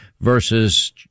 versus